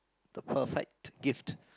the perfect gift